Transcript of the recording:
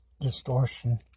distortion